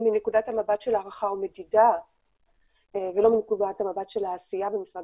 מנכ"לית הרשות הארצית למדידה והערכה במשרד